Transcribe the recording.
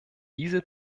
diese